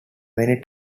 many